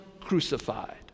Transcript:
crucified